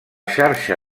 xarxa